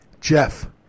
Jeff